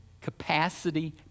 capacity